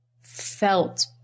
felt